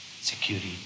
security